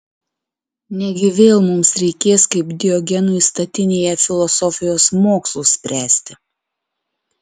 negi vėl mums reikės kaip diogenui statinėje filosofijos mokslus spręsti